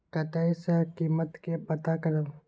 कतय सॅ कीमत के पता करब?